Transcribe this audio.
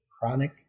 chronic